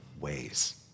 ways